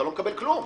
אתה לא מקבל כלום,